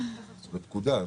זו פקודה.